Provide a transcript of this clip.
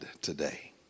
today